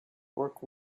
work